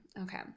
Okay